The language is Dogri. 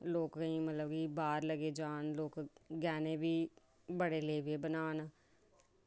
लोक केईं मतलब कि बाहर लग्गी पे जान लोक गैह्ने बी बड़े लेई पे बनान